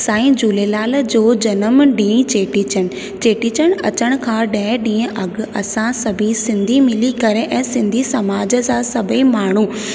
साईं झूलेलाल जो जनम ॾींहुं चेटीचंड चेटीचंड अचण खां ॾह ॾींहुं अॻु असां सभई सिंधी मिली करे ऐं सिंधी समाज सां सभई माण्हू